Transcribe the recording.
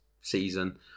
season